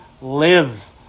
live